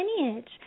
lineage